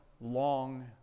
long